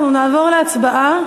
אנחנו נעבור להצבעה.